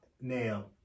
now